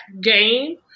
game